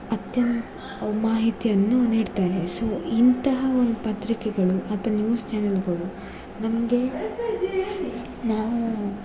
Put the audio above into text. ಅತ್ಯಂತ ಅವು ಮಾಹಿತಿಯನ್ನು ನೀಡ್ತಾರೆ ಸೊ ಇಂತಹ ಒಂದು ಪತ್ರಿಕೆಗಳು ಅಥ್ವಾ ನ್ಯೂಸ್ ಚ್ಯಾನೆಲ್ಲುಗಳು ನಮಗೆ ನಾವೂ